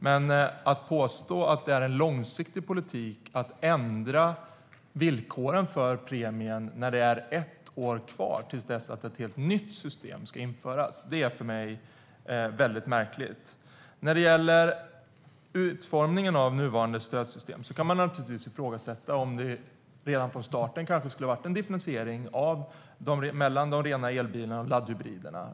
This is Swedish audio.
Men att påstå att det är en långsiktig politik att ändra villkoren för premien, när det är ett år kvar till dess att ett helt nytt system ska införas, är för mig väldigt märkligt. När det gäller utformningen av nuvarande stödsystem kan man naturligtvis fråga sig om det inte redan från början skulle ha varit en differentiering av de rena elbilarna och laddhybriderna.